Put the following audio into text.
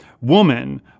woman